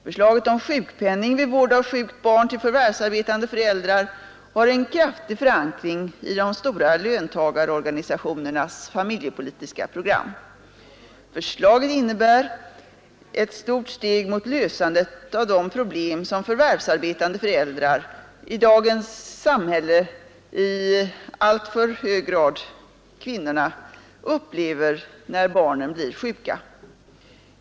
Förslaget om sjukpenning vid vård av sjukt barn till förvärvsarbetande föräldrar har en kraftig förankring i de stora löntagarorganisationernas familjepolitiska program. Förslaget innebär ett stort steg mot lösandet av de problem som förvärvsarbetande föräldrar — i dagens samhälle i alltför hög grad kvinnorna — upplever när barnen blir sjuka.